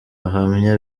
ahamya